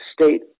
state